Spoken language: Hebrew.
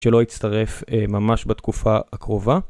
שלא יצטרף ממש בתקופה הקרובה.